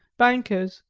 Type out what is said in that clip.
bankers,